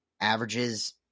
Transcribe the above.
Averages